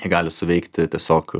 gali suveikti tiesiog